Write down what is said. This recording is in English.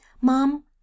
Mom